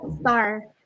star